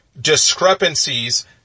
discrepancies